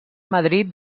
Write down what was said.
madrid